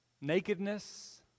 Nakedness